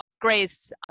Grace